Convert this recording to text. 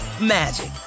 magic